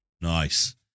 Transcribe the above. Nice